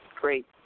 great